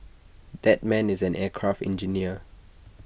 that man is an aircraft engineer